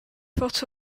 forte